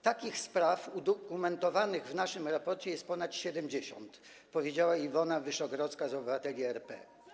Takich spraw udokumentowanych w naszym raporcie jest ponad 70 - powiedziała Iwona Wyszogrodzka z Obywateli RP.